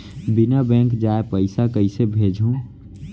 बिना बैंक जाए पइसा कइसे भेजहूँ?